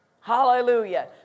Hallelujah